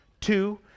Two